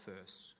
first